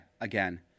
again